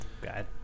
God